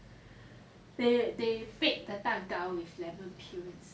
they they bake the 蛋糕 with lemon peel inside